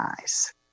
eyes